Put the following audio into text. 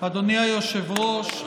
אדוני היושב-ראש,